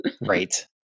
right